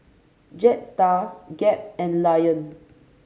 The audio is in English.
Jetstar Gap and Lion